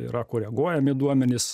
yra koreguojami duomenys